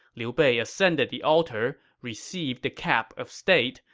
liu bei ascended the altar, received the cap of state,